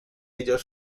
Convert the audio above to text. ellos